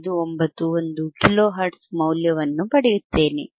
591 kilohertz ಮೌಲ್ಯವನ್ನು ಪಡೆಯುತ್ತೇನೆ